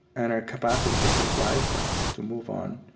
and our capacity to survive them, to move on,